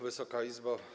Wysoka Izbo!